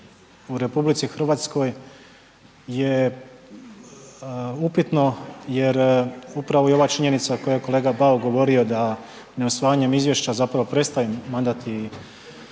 u RH je upitno jer upravo i ova činjenica koju je kolega Bauk govorio da neusvajanjem izvješća zapravo prestaje mandat